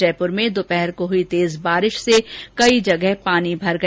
जयपुर में दोपहर को हुई तेज बारिश से कई जगह पानी भर गया